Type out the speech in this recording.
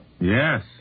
Yes